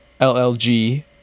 LLG